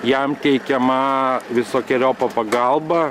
jam teikiama visokeriopa pagalba